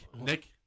Nick